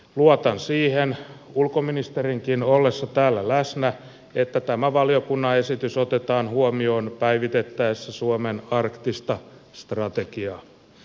luotan siihen ulkoministerinkin ollessa täällä läsnä että tämä valiokunnan esitys otetaan huomioon päivitettäessä suomen arktista strategiaa